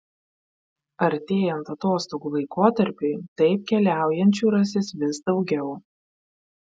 artėjant atostogų laikotarpiui taip keliaujančių rasis vis daugiau